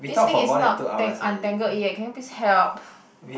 this thing is not tang~ untangled yet can you please help